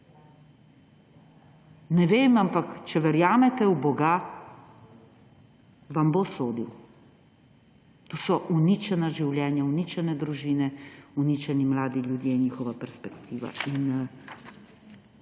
Ne vem, ampak, če verjamete v boga, vam bo sodil. To so uničena življenja, uničene družine, uničeni mladi ljudje in njihova perspektiva.